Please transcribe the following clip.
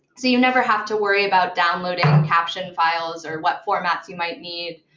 so you never have to worry about downloading caption files or what formats you might need.